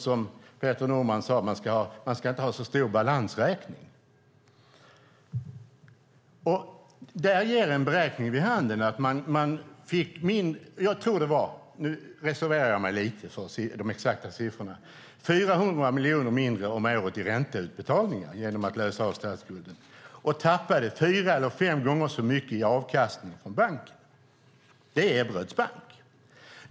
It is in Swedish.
Som Peter Norman sade: Man ska inte ha så stor balansräkning. Där ger en beräkning vid handen att man fick - nu reserverar jag mig lite för de exakta siffrorna - 400 miljoner mindre om året i ränteutbetalningar genom att betala av på statsskulden och tappade fyra eller fem gånger så mycket i avkastning från banken. Det är Ebberöds bank.